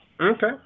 Okay